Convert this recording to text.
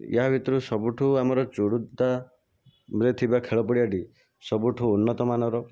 ଏହା ଭିତରୁ ସବୁଠୁ ଆମର ଚୋର୍ଦ୍ଦାରେ ଥିବା ଖେଳ ପଡ଼ିଆଟି ସବୁଠୁ ଉନ୍ନତମାନର